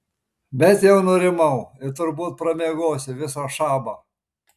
bet jau nurimau ir turbūt pramiegosiu visą šabą